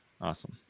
Awesome